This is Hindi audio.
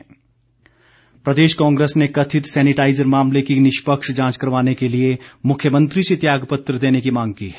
पुठानिया प्रदेश कांग्रेस ने कथित सेनिटाइजर मामले की निष्पक्ष जांच करवाने के लिए मुख्यमंत्री से त्याग पत्र देने की मांग की है